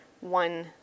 one